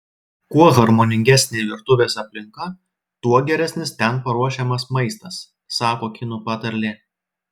kuo harmoningesnė virtuvės aplinka tuo geresnis ten paruošiamas maistas sako kinų patarlė